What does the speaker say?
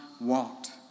walked